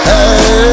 Hey